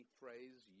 phrase